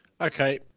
Okay